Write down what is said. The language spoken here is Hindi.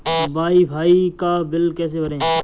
वाई फाई का बिल कैसे भरें?